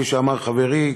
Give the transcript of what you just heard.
כפי שאמר חברי,